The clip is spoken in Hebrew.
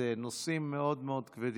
אלה נושאים מאוד מאוד כבדים.